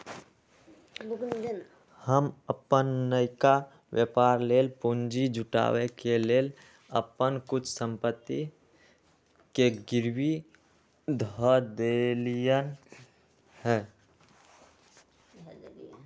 हम अप्पन नयका व्यापर लेल पूंजी जुटाबे के लेल अप्पन कुछ संपत्ति के गिरवी ध देलियइ ह